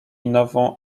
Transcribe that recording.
nową